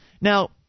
Now